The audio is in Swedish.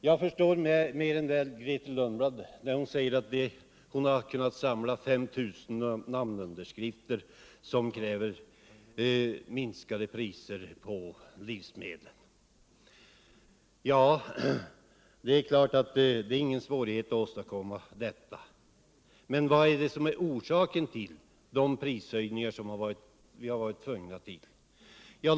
Jag förstår mer än väl Grethe Lundblad när hon säger att hon kunnat samla 5 000 namnunderskrifter för kravet om lägre livsmedelspriser. Ja, det är klart att det inte är svårt att åstadkomma detta. Men vad är orsaken till de prishöjningar som vi varit tvungna att genomföra”?